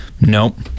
Nope